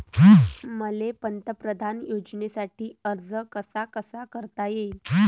मले पंतप्रधान योजनेसाठी अर्ज कसा कसा करता येईन?